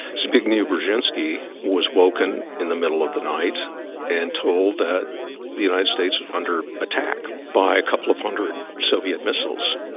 zbigniew brzezinski, was woken in the middle of the night and told that the united states was under attack by a couple of hundred soviet missiles.